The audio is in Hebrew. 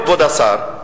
כבוד השר,